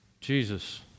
Jesus